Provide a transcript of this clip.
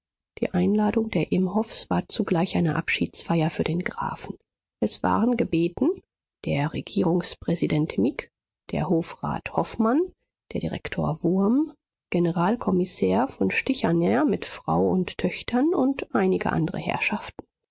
die einladung der imhoffs war zugleich eine abschiedsfeier für den grafen es waren gebeten der regierungspräsident mieg der hofrat hofmann der direktor wurm generalkommissär von stichaner mit frau und töchtern und einige andre herrschaften